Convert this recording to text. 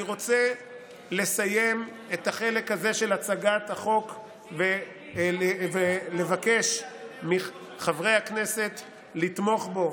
אני רוצה לסיים את החלק הזה של הצגת החוק ולבקש מחברי הכנסת לתמוך בו,